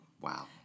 Wow